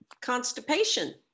constipation